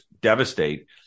devastate